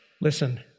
Listen